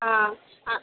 हां